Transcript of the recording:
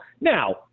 now